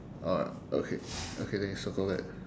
alright okay okay then you circle that